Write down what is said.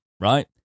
right